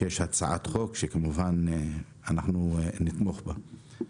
שיש הצעת חוק שכמובן אנחנו נתמוך בה.